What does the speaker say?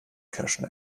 kirschen